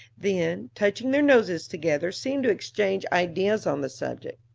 then, touching their noses together seem to exchange ideas on the subject.